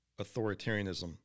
authoritarianism